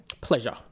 Pleasure